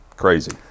crazy